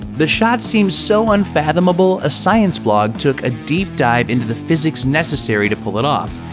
the shot seemed so unfathomable, a science blog took a deep dive into the physics necessary to pull it off,